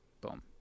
boom